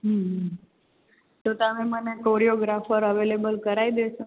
હમ તો તમે મને કોરીઓગ્રાફર અવેલેબલ કરાવી દેશો